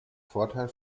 vorteil